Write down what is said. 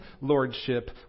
lordship